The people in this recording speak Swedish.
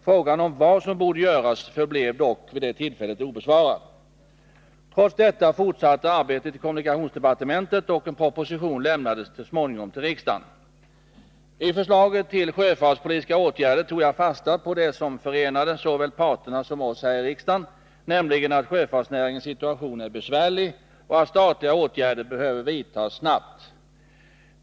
Frågan om vad som borde göras förblev dock vid det tillfället obesvarad. Trots detta fortsatte arbetet i kommunikationsdepartementet, och en proposition lämnades så småningom till riksdagen. I förslaget till sjöfartspolitiska åtgärder tog jag fasta på det som förenade såväl parterna som oss här i riksdagen, nämligen att sjöfartsnäringens situation är besvärlig och att statliga åtgärder behöver vidtas snabbt.